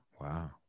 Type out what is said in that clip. Wow